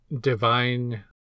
divine